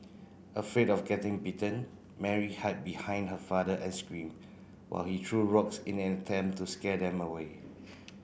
afraid of getting bitten Mary hide behind her father and screamed while he threw rocks in an attempt to scare them away